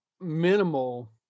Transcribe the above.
minimal